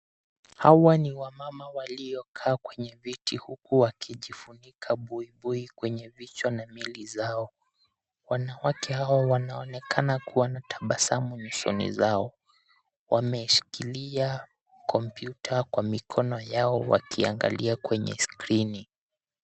Hawa ni wamama waliokaa kwenye viti uku wakijifunika buibui kwenye vichwa na miili zao. Wanawake hawa wanaonekana kuwa na tabasamu nyusoni zao. Wameshikilia kompyuta kwa mikono yao wakiangalia kwenye skrini.